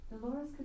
Dolores